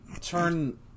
turn